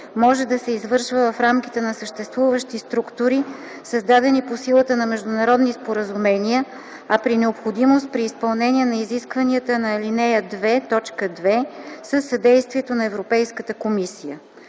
може да се извършва в рамките на съществуващи структури, създадени по силата на международни споразумения, а при необходимост при изпълнение на изискванията на ал. 2, т. 2 - със съдействието на Европейската комисия.